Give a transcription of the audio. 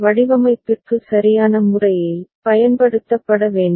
வடிவமைப்பிற்கு சரியான முறையில் பயன்படுத்தப்பட வேண்டும்